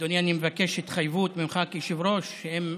אדוני, אני מבקש התחייבות ממך, כיושב-ראש, שאם